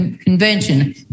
convention